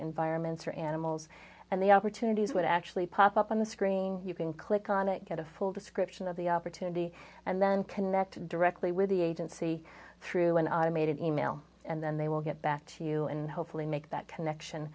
environments or animals and the opportunities would actually pop up on the screen you can click on it get a full description of the opportunity and then connect directly with the agency through an automated email and then they will get back to you and hopefully make that connection